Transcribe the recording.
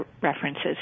references